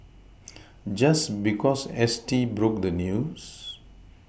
just because S T broke the news